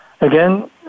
again